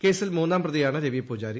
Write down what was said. കേസിൽ മൂന്നാം പ്രതിയാണ് രവി പൂജാരി